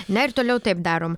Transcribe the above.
na ir toliau taip darom